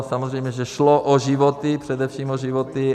Samozřejmě že šlo o životy, především o životy.